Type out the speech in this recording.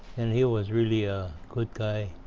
and he was really a good guy.